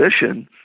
position